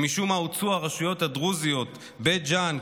שמשום מה הוצאו ממנו הרשויות הדרוזיות בית ג'ן,